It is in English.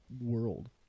world